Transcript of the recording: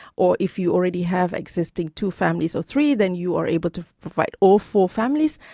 or if you already have existing two families or three, then you are able to provide all four families,